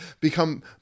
become